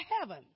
heaven